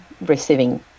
receiving